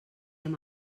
amb